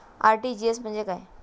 RTGS म्हणजे काय?